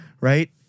right